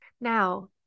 Now